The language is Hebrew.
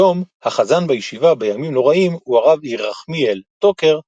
כיום החזן בישיבה בימים נוראים הוא הרב ירחמיאל טוקר,